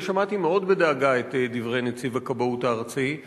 שמעתי בדאגה רבה מאוד את דברי נציב הכבאות הארצי.